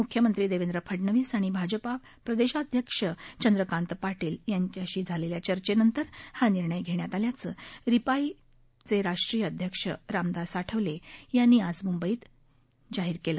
मुख्यमंत्री देवेंद्र फडणवीस आणि भाजपा प्रदेशाध्यक्ष चंद्रकांत पाटील यांच्याशी झालेल्या चर्चेनंतर हा निर्णय घेण्यात आल्याचं रिपाई पक्षाचे राष्ट्रीय अध्यक्ष रामदास आठवले यांनी आज मुंबईत जाहीर केलं